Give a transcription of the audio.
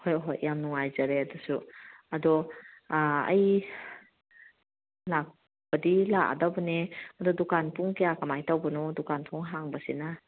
ꯍꯣꯏ ꯍꯣꯏ ꯌꯥꯝ ꯅꯨꯡꯉꯥꯏꯖꯔꯦ ꯑꯗꯨꯁꯨ ꯑꯗꯣ ꯑꯩ ꯂꯥꯛꯄꯗꯤ ꯂꯥꯛꯑꯗꯧꯕꯅꯦ ꯑꯗꯨ ꯗꯨꯀꯥꯟ ꯄꯨꯡ ꯀꯌꯥ ꯀꯃꯥꯏ ꯇꯧꯕꯅꯣ ꯗꯨꯀꯥꯟ ꯊꯣꯡ ꯍꯥꯡꯕꯁꯤꯅ